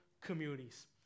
communities